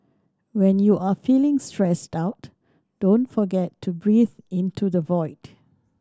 when you are feeling stressed out don't forget to breathe into the void